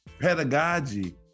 Pedagogy